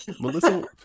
Melissa